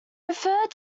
referred